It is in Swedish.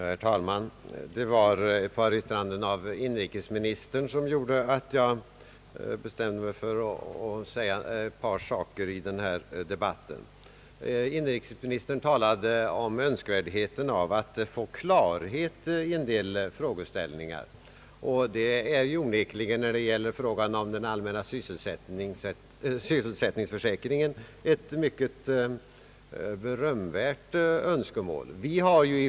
Herr talman! Det var ett yttrande av inrikesministern som gjorde att jag bestämda mig för att säga ett par saker i denna debatt. s Han talade om önskvärdheten i att få klarhet i en del frågeställningar. Det är onekligen ett mycket berömvärt önskemål när det gäller den allmänna sysselsättningsförsäkringen.